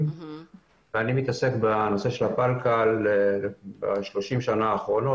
ואני מתעסק בנושא הפלקל ב-30 השנה האחרונות,